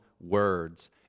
words